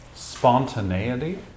Spontaneity